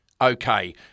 okay